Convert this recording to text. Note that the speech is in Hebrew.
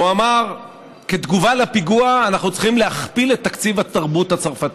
והוא אמר: בתגובה לפיגוע אנחנו צריכים להכפיל את תקציב התרבות הצרפתי.